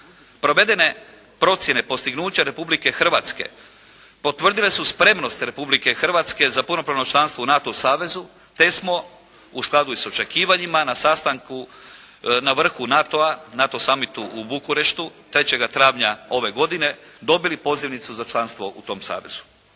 Provedene procjene postignuća Republike Hrvatske potvrdile su spremnost Republike Hrvatske za punopravno članstvo u NATO savezu te smo, u skladu i sa očekivanjima na sastanku, na vrhu NATO-a, NATO summitu u Bukureštu 3. travnja ove godine dobili pozivnicu za članstvo u tom savezu.